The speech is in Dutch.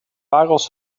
parels